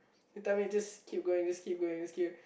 he tell me just keep going just keep going just keep